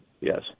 yes